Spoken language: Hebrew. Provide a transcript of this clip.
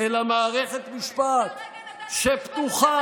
אלא מערכת משפט פתוחה,